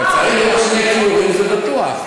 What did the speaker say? אבל צריך שני כיורים, זה בטוח.